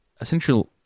essentially